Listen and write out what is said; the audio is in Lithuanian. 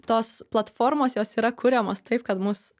tos platformos jos yra kuriamos taip kad mus